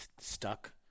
stuck